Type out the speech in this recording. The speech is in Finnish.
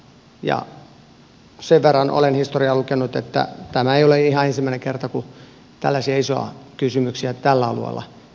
ja sen verran olen historiaa lukenut että tämä ei ole ihan ensimmäinen kerta kun tällaisia isoja kysymyksiä tällä alueella yhteiskunnassa käydään läpi